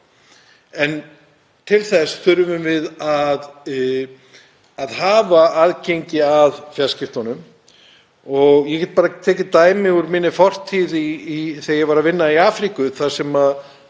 En til þess þurfum við að hafa aðgengi að fjarskiptum. Ég get bara tekið dæmi úr minni fortíð þegar ég var að vinna í Afríku, þar sem